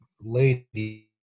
lady